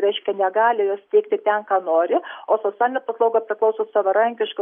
reiškia negali jos teikti ten ką nori o socialinės paslaugos priklauso savarankiškų